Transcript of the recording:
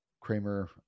kramer